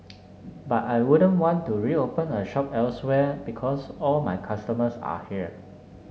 but I wouldn't want to reopen a shop elsewhere because all my customers are here